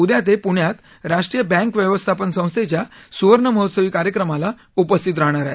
उद्या ते पुण्यात राष्ट्रीय बँक व्यवस्थापन संस्थेच्या सुवर्णमहोत्सवी कार्यक्रमाला उपस्थित राहणार आहेत